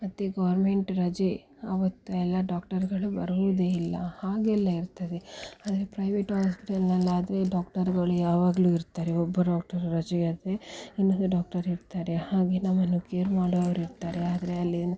ಮತ್ತು ಗೋರ್ಮೆಂಟ್ ರಜೆ ಆವತ್ತೆಲ್ಲ ಡಾಕ್ಟರುಗಳು ಬರುವುದೇ ಇಲ್ಲ ಹಾಗೆಲ್ಲ ಇರ್ತದೆ ಆದರೆ ಪ್ರೈವೇಟ್ ಹಾಸ್ಪಿಟಲ್ಲಿನಲ್ಲಾದ್ರೆ ಡಾಕ್ಟರುಗಳು ಯಾವಾಗಲೂ ಇರ್ತಾರೆ ಒಬ್ಬ ಡಾಕ್ಟರ್ ರಜೆ ಆದರೆ ಇನ್ನೊಂದು ಡಾಕ್ಟರ್ ಇರ್ತಾರೆ ಹಾಗೆ ನಮ್ಮನ್ನು ಕೇರ್ ಮಾಡೋವ್ರಿರ್ತಾರೆ ಆದರೆ ಅಲ್ಲಿ